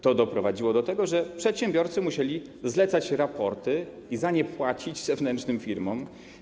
To doprowadziło do tego, że przedsiębiorcy musieli zlecać raporty i za nie płacić zewnętrznym firmom.